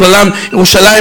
בכללם בירושלים,